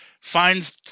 finds